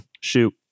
Shoot